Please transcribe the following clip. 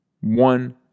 one